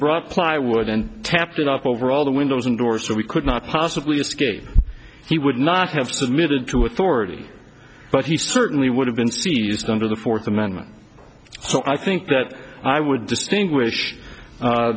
brought plywood and tapped it up over all the windows and doors so we could not possibly escape he would not have submitted to authority but he certainly would have been seized under the fourth amendment so i think that i would distinguish